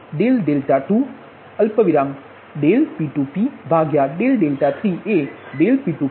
એ જ રીતે P22p P23p